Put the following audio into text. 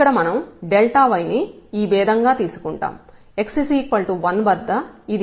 ఇక్కడ మనం y ని ఈ భేదం గా తీసుకుంటాం